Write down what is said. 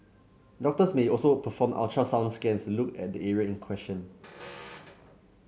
doctors may also perform ultrasound scans look at the area in question